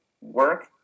work